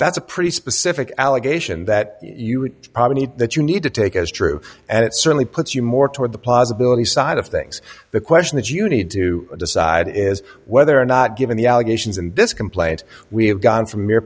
that's a pretty specific allegation that you would probably need that you need to take as true and it certainly puts you more toward the possibility side of things the question that you need to decide is whether or not given the allegations in this complaint we have gone from